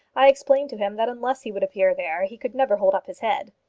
i explained to him that unless he would appear there, he could never hold up his head.